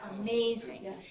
amazing